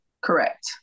Correct